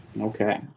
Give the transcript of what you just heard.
Okay